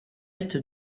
est